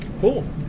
Cool